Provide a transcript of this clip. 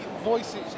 voices